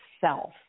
self